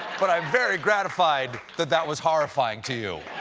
but i'm very gratified that that was horrifying to you.